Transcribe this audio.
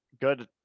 good